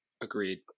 Agreed